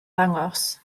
dangos